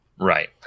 Right